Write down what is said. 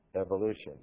Evolution